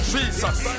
Jesus